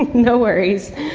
no worries.